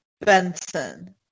Benson